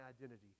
identity